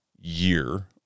year